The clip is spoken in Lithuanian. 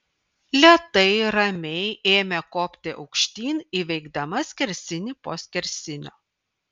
lėtai ramiai ėmė kopti aukštyn įveikdama skersinį po skersinio